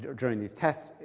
during these tests,